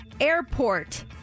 airport